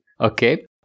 Okay